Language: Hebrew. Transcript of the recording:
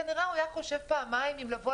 כנראה הוא היה חושב פעמיים אם לבוא